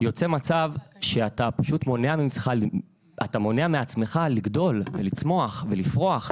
יוצא מצב שאתה פשוט מונע מעצמך לגדול ולצמוח ולפרוח.